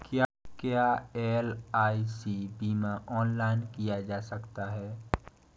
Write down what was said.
क्या एल.आई.सी बीमा ऑनलाइन किया जा सकता है?